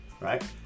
right